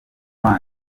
one